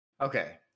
Okay